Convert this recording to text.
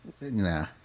nah